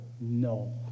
No